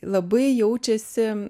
labai jaučiasi